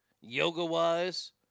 yoga-wise